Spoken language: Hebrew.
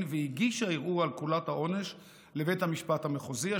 והגישה ערעור על קולת העונש לבית המשפט המחוזי,